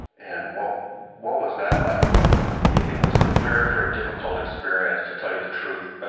and what what was that like going through? it was a very, very difficult experience, to tell you the truth.